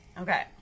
Okay